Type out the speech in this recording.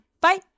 Bye